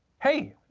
hey,